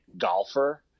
golfer